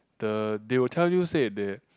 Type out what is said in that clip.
the they will tell you said they